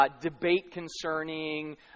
debate-concerning